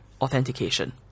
authentication